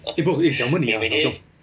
eh bro eh 问你啊老兄